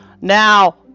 Now